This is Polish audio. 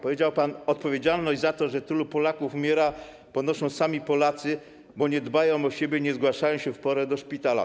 Powiedział pan: odpowiedzialność za to, że tylu Polaków umiera, ponoszą sami Polacy, bo nie dbają o siebie, nie zgłaszają się w porę do szpitala.